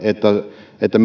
että